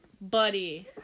buddy